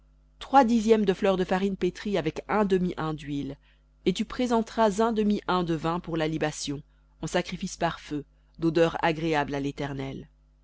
trois dixièmes de fleur de farine pétrie avec un demi hin dhuile et tu présenteras un demi hin de vin pour la libation en sacrifice par feu d'odeur agréable à l'éternel